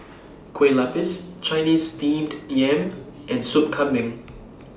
Kueh Lapis Chinese Steamed Yam and Sup Kambing